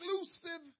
exclusive